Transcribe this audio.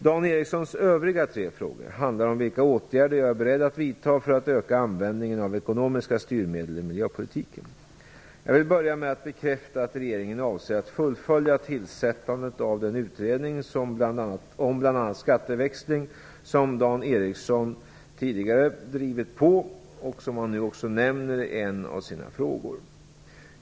Dan Ericssons övriga tre frågor handlar om vilka åtgärder jag är beredd att vidta för att öka användningen av ekonomiska styrmedel i miljöpolitiken. Jag vill börja med att bekräfta att regeringen avser att fullfölja tillsättandet av den utredning om bl.a. skatteväxling som Dan Ericsson tidigare drivit på och som han nu också nämner i en av sina frågor.